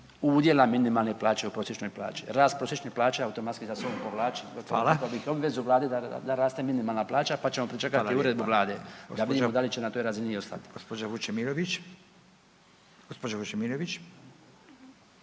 udjela minimalne plaće u prosječnoj plaći. Rast prosječne plaće automatski za sobom povlači rekao bih obvezu vlade da raste minimalna plaća, pa ćemo pričekati uredbu vlade da vidimo da li će na toj razini ostati. **Radin, Furio (Nezavisni)**